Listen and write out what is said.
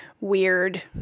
weird